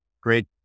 great